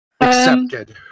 Accepted